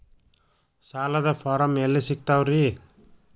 ಸಾಲದ ಫಾರಂ ಎಲ್ಲಿ ಸಿಕ್ತಾವ್ರಿ?